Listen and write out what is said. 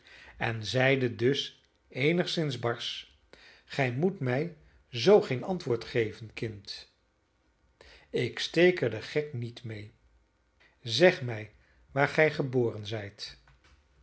en zeide dus eenigszins barsch gij moet mij zoo geen antwoord geven kind ik steek er den gek niet mee zeg mij waar gij geboren zijt